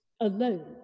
alone